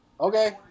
Okay